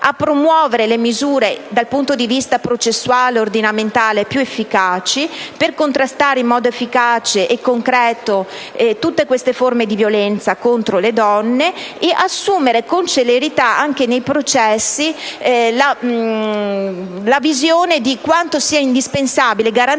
più efficaci, dal punto di vista processuale e ordinamentale, per contrastare in modo concreto tutte queste forme di violenza contro le donne e ad assumere con celerità, anche nei processi, la visione di quanto sia indispensabile garantire